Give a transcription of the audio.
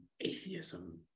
atheism